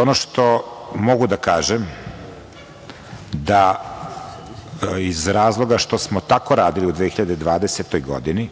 Ono što mogu da kažem je da iz razloga što smo tako radili u 2020. godini,